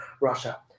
Russia